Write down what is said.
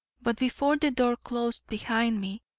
but before the door closed behind me,